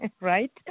Right